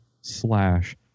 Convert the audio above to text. slash